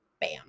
bam